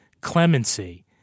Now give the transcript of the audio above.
clemency